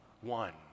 one